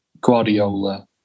Guardiola